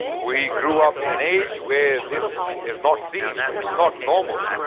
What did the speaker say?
we grew up in an age where this is not seen. it's not normal.